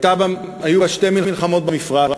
היו בה שתי מלחמות במפרץ,